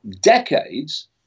decades